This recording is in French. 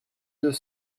deux